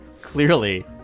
clearly